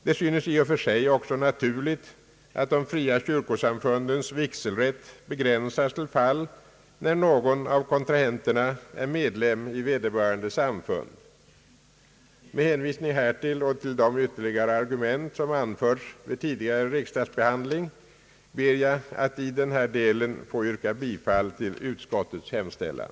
Det synes i och för sig också naturligt att de fria kyrkosamfundens vigselrätt begränsas till fall där någon av kontrahenterna är medlem i vederbörande samfund. Med hänvisning härtill och till de ytterligare argument som anförts vid tidigare riksdagsbehandling ber jag att i denna del få yrka bifall till utskottets hemställan.